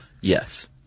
Yes